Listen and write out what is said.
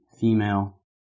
female